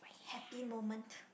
happy moment